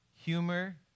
humor